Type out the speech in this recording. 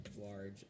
large